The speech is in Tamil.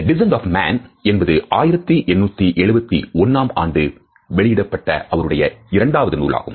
The Descent of Man என்பது 1871 ஆம் ஆண்டு வெளியிடப்பட்ட அவருடைய இரண்டாவது நூலாகும்